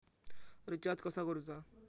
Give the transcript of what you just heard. Recharge कसा करूचा?